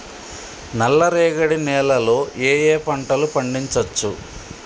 నల్లరేగడి నేల లో ఏ ఏ పంట లు పండించచ్చు?